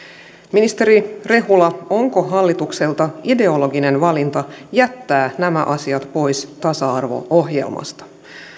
ministeri rehula onko hallitukselta ideologinen valinta jättää nämä asiat pois tasa arvo ohjelmasta